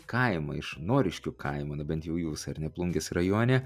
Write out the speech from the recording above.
kaimo iš noriškių kaimo na bent jau jūs ar ne plungės rajone